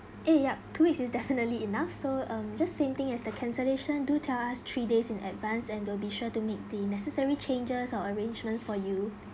eh yup two weeks is definitely enough so um just same thing as the cancellation do tell us three days in advanced and will be sure to make the necessary changes or arrangements for you